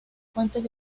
fuentes